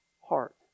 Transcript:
heart